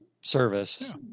service